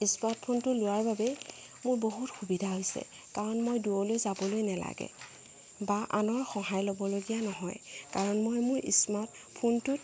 smart ফোনটো লোৱাৰ বাবে মোৰ বহুত সুবিধা হৈছে কাৰণ মই দূৰলৈ যাবলৈ নালাগে বা আনৰ সহায় ল'বলগীয়া নহয় কাৰণ মই মোৰ স্মাৰ্ট ফোনটোত